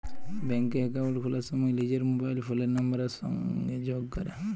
ব্যাংকে একাউল্ট খুলার সময় লিজের মবাইল ফোলের লাম্বারের সংগে যগ ক্যরা